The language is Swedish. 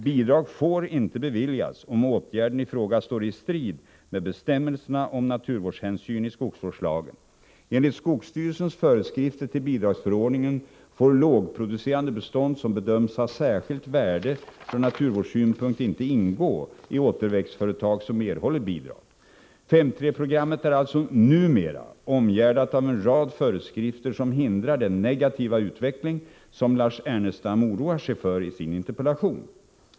Bidrag får inte beviljas om åtgärden i fråga står i strid med bestämmelserna om naturvårdshänsyn i skogsvårdslagen. Enligt skogsstyrelsens föreskrifter till bidragsförordningen får lågproducerande bestånd som bedöms ha särskilt värde från naturvårdssynpunkt inte ingå i återväxtföretag som erhåller bidrag. 5:3-programmet är alltså numera omgärdat av en rad föreskrifter som hindrar den negativa utveckling som Lars Ernestam oroar sig för i sin interpellation.